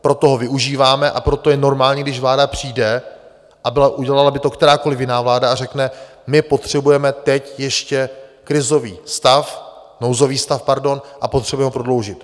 Proto ho využíváme a proto je normální, když vláda přijde, a udělala by to kterákoli jiná vláda, a řekne: My potřebujeme teď ještě krizový stav, nouzový stav, pardon, a potřebujeme ho prodloužit.